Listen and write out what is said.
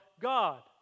God